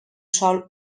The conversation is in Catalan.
sol